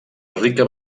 rica